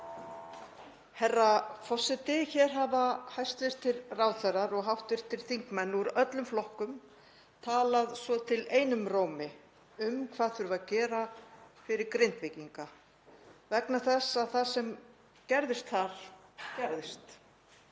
Herra forseti. Hér hafa hæstv. ráðherrar og hv. þingmenn úr öllum flokkum talað svo til einum rómi um hvað þurfi að gera fyrir Grindvíkinga, vegna þess að það sem gerðist þar, gerðist.